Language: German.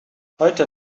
heute